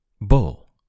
Bull